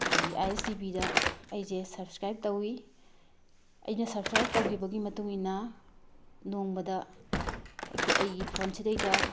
ꯑꯗꯒꯤ I S T ꯕꯤꯗ ꯑꯩꯁꯦ ꯁꯕꯁꯀ꯭ꯔꯥꯏꯕ ꯇꯧꯋꯤ ꯑꯩꯅ ꯁꯕꯁꯀ꯭ꯔꯥꯏꯕ ꯇꯧꯈꯤꯕꯒꯤ ꯃꯇꯨꯡ ꯏꯟꯅ ꯅꯣꯡꯃꯗ ꯑꯩꯒꯤ ꯐꯣꯟꯁꯤꯗꯩꯗ